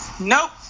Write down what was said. nope